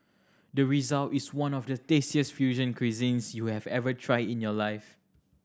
the result is one of the tastiest fusion cuisines you have ever tried in your life